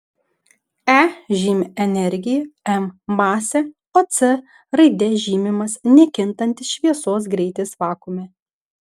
e žymi energiją m masę o c raide žymimas nekintantis šviesos greitis vakuume